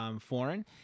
Foreign